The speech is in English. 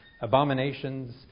abominations